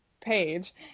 page